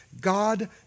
God